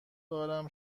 دارم